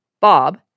Bob